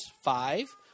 five